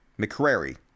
McCrary